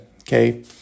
okay